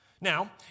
Now